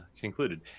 concluded